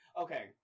Okay